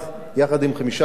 יחד עם חמישה שרים.